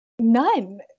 None